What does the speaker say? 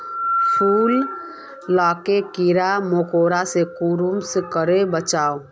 फूल लाक कीड़ा मकोड़ा से कुंसम करे बचाम?